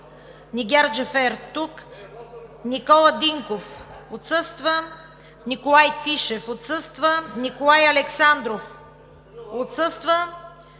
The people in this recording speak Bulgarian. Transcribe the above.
Николай Тишев